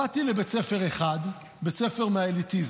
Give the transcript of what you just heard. באתי לבית ספר אחד, בית ספר מהאליטיזם,